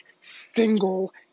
single